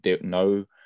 no